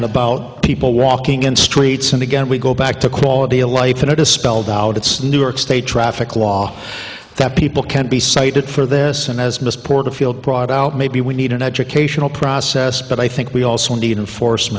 and about people walking in streets and again we go back to quality of life and it is spelled out it's the new york state traffic law that people can be cited for this and as mr porterfield brought out maybe we need an educational process but i think we also need enforce